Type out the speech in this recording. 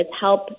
help